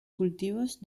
cultivos